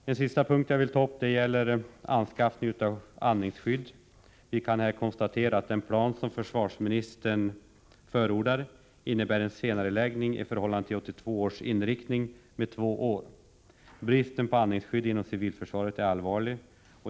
Som sista punkt vill jag ta upp anskaffningen av andningsskydd. Vi kan här konstatera att den plan som försvarsministern förordar innebär en senareläggning med två år i förhållande till inriktningen i 1982 års beslut. Bristen på andningsskydd inom civilförsvaret är allvarlig.